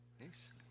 Nice